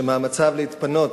שמאמציו להתפנות